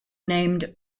named